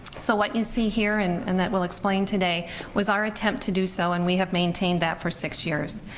so what you see here and and that we'll explain today was our attempt to do so and we have maintained that for six years.